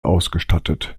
ausgestattet